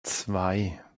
zwei